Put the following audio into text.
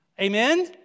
Amen